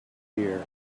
year